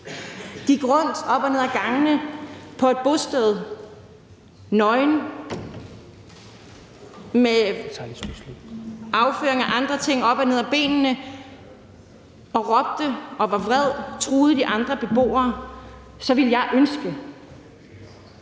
og gik rundt op og ned ad gangene på et bosted nøgen og med afføring og andre ting op og ned ad benene og råbte og var vred, truede de andre beboere, så ville jeg ønske,